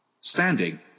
standing